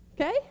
Okay